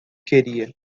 queria